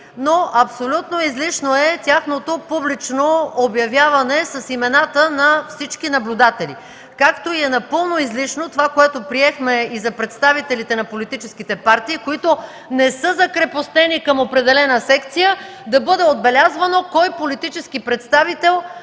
но абсолютно излишно публичното обявяване имената на всички наблюдатели, както е напълно излишно, приетото за представителите на политическите партии, които не са закрепостени към определена секция – да бъде отбелязвано кой политически представител